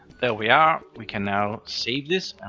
there we are, we can now save this,